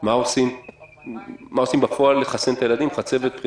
מה עושים בפועל כדי לחסן את הילדים מפני חצבת?